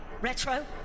Retro